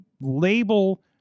label